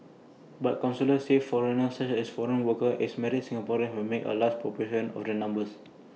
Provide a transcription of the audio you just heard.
but counsellors say foreigners such as foreign workers and married Singaporeans had made up A large proportion of the numbers